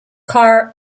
car